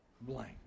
blank